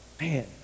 man